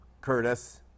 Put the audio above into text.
Curtis